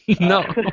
No